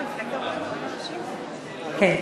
כן.